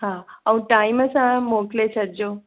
हा ऐं टाइम सां मोकिले छॾिजो